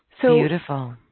Beautiful